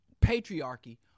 patriarchy